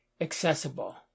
accessible